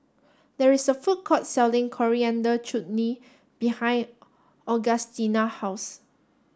there is a food court selling Coriander Chutney behind Augustina house